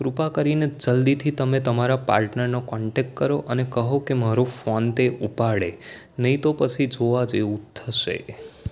કૃપા કરીને જલ્દીથી તમે તમારા પાર્ટનરનો કોન્ટેક કરો અને કહો કે મારો ફોન તે ઉપાડે નહીં તો પછી જોવા જેવું થશે